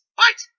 fight